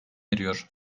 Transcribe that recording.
ediyor